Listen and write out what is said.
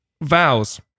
vows